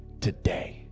today